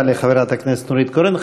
תודה לחברת הכנסת נורית קורן.